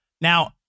Now